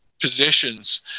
possessions